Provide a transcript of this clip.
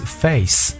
face